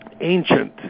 ancient